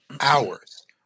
hours